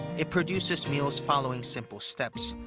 it produces meals following simple steps,